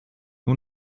who